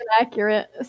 accurate